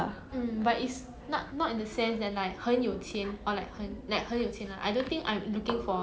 mm